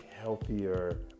healthier